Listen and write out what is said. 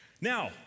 Now